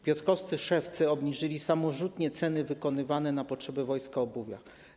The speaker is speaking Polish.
Piotrkowscy szewcy obniżyli samorzutnie ceny wykonywanego na potrzeby wojska obuwia.